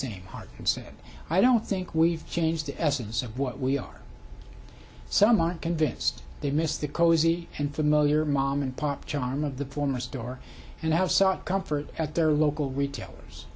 same hard and said i don't think we've changed the essence of what we are some are convinced they missed the cozy and familiar mom and pop charm of the former store and have sought comfort at their local retailers